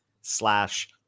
slash